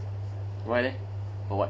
why leh for what